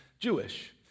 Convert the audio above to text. Jewish